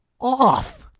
off